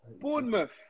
Bournemouth